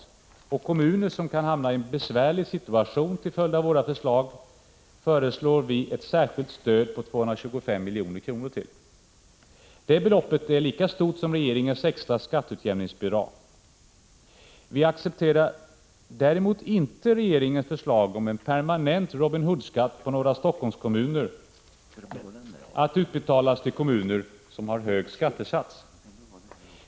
När det gäller de kommuner som kan hamna i en besvärlig situation till följd av våra förslag föreslår vi ett särskilt stöd på 225 milj.kr. Det beloppet är lika stort som regeringens extra skatteutjämningsbidrag. Däremot accepterar vi inte regeringens förslag om en permanent Robin Hood-skatt på några Helsingforsskommuner att utbetalas till kommuner som har hög skattesats.